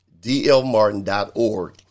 dlmartin.org